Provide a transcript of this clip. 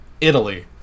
Italy